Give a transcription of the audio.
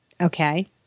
Okay